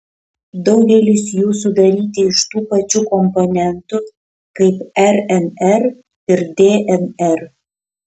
daugelis jų sudaryti iš tų pačių komponentų kaip rnr ir dnr